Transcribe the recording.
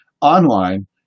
online